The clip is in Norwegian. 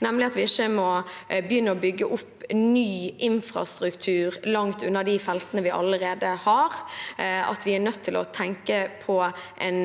nemlig at vi ikke må begynne å bygge opp ny infrastruktur langt unna de feltene vi allerede har. Vi er nødt til å tenke på en